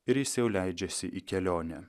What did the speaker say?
ir jis jau leidžiasi į kelionę